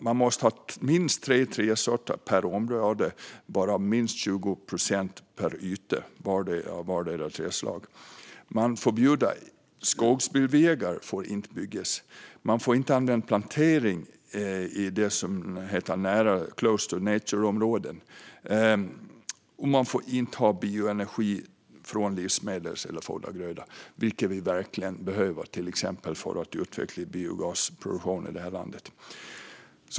Man måste ha minst tre trädsorter per område, varav minst 20 procent av ytan för vardera trädslag. Skogsbilvägar får inte byggas. Man får inte använda plantering i det som heter close to nature-områden. Och man får inte ha bioenergi från livsmedels eller fodergrödor, vilket vi verkligen behöver till exempel för att utveckla biogasproduktion i det här landet.